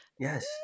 yes